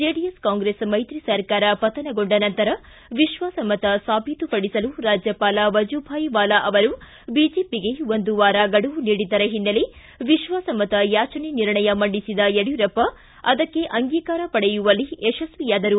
JDS Congress ಮೈತ್ರಿ ಸರ್ಕಾರ ಪತನಗೊಂಡ ನಂತರ ವಿಶ್ವಾಸ ಮತ ಸಾಬೀತುಪಡಿಸಲು ರಾಜ್ಯಪಾಲ ವಜೂಭಾಯ್ ವಾಲಾ ಅವರು ಬಿಜೆಪಿಗೆ ಒಂದು ವಾರ ಗಡುವು ನೀಡಿದ್ದರ ಹಿನ್ನೆಲೆ ವಿತ್ವಾಸ ಮತ ಯಾಚನೆ ನಿರ್ಣಯ ಮಂಡಿಸಿದ ಯಡಿಯೂರಪ್ಪ ಆದಕ್ಕೆ ಅಂಗೀಕಾರ ಪಡೆಯುವಲ್ಲಿ ಯಶಸ್ವಿಯಾದರು